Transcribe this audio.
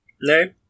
No